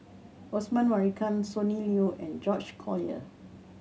Osman Merican Sonny Liew and George Collyer